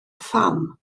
pham